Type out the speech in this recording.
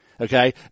Okay